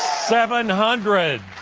seven hundred,